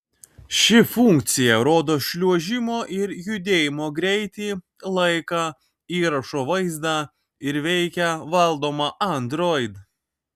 ši funkcija rodo šliuožimo ir judėjimo greitį laiką įrašo vaizdą ir veikia valdoma android